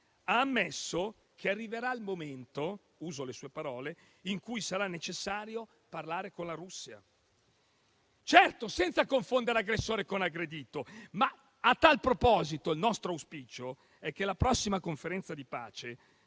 ha ammesso che arriverà il momento - uso le sue parole - in cui sarà necessario parlare con la Russia. Certo, senza confondere aggressore con aggredito, ma a tal proposito il nostro auspicio è che alla prossima conferenza di pace